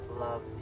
love